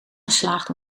geslaagd